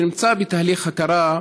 שנמצא בתהליך הכרה,